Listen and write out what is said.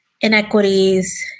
inequities